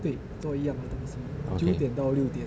okay